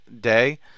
day